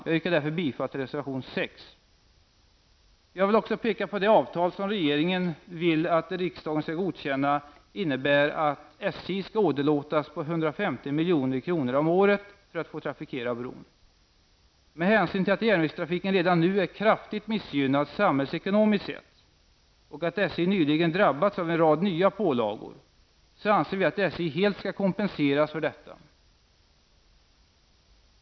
Jag yrkar därför bifall till reservation Jag vill också peka på att det avtal som regeringen vill att riksdagen skall godkänna innebär att SJ skall åderlåtas på 150 miljoner om året för att få trafikera bron. Med hänsyn till att järnvägstrafiken redan nu är kraftigt missgynnad samhällsekonomiskt sett och att SJ nyligen drabbats av en rad nya pålagor, anser vi att SJ helt skall kompenseras för detta.